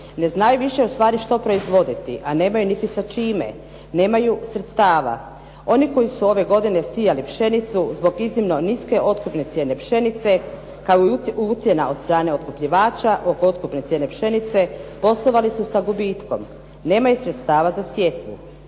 Ne znaju više ustvari što proizvoditi, a nemaju niti sa čime, nemaju sredstava. Oni koji su ove godine sijali pšenicu zbog iznimno niske otkupne cijene pšenice kao ucjena od strane otkupljivača oko otkupne cijene pšenice poslovali su sa gubitkom. Nemaju sredstava za sjetvu.